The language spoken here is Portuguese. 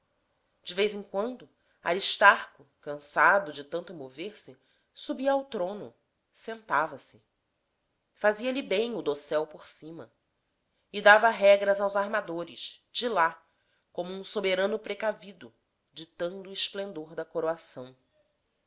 de vez em quando aristarco cansado de tanto mover-se subia ao trono sentava-se fazia-lhe bem o dossel por cima e dava regras aos armadores de li como um soberano precavido ditando o esplendor da coroação